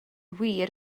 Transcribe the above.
wir